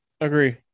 Agree